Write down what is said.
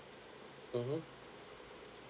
mmhmm